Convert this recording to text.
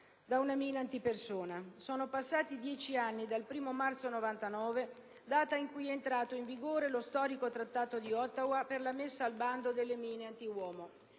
da una mina antipersona. Sono passati dieci anni dal 1° marzo 1999, data in cui è entrato in vigore lo storico Trattato di Ottawa per la messa al bando delle mine antiuomo.